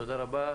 תודה רבה.